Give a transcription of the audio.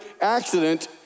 accident